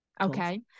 Okay